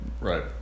right